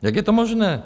Jak je to možné?